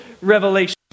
revelation